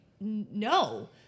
no